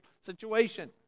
situation